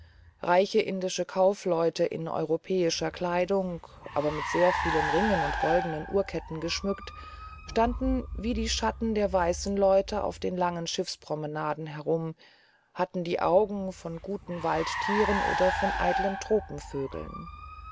reiche indische kaufleute in europäischer kleidung aber mit sehr viel ringen und goldenen uhrketten geschmückt standen wie die schatten der weißen leute auf den langen schiffspromenaden herum hatten die augen von guten waldtieren oder von eiteln